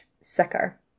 Sicker